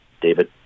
David